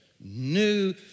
new